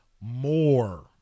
more